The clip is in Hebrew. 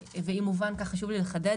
וחשוב לי לחדד